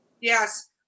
yes